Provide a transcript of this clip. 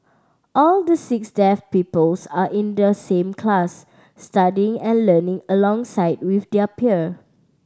all the six deaf peoples are in the same class studying and learning alongside with their peer